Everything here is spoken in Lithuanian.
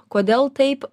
kodėl taip